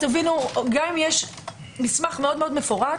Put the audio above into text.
גם אם יש מסמך מאוד מפורט,